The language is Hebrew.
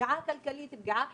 מדובר בפגיעה כלכלית, חברתית,